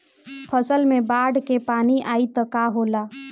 फसल मे बाढ़ के पानी आई त का होला?